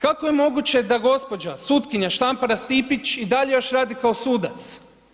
Kako je moguće da gđa. sutkinja Štampar Stipić i dalje još radi kao sudac?